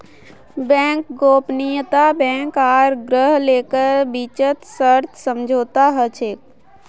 bank गोपनीयता bank आर ग्राहकेर बीचत सशर्त समझौता ह छेक